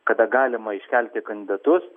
kada galima iškelti kandidatus